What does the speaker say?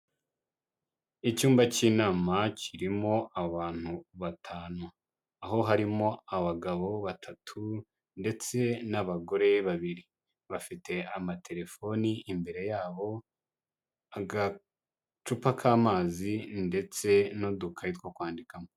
Icyumba cy'inama kirimo abantu batanu, aho harimo abagabo batatu ndetse n'abagore babiri, bafite amatelefoni imbere yabo, agacupa k'amazi ndetse n'udukayi two kwandikamo.